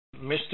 Mr